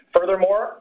Furthermore